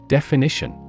Definition